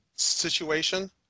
situation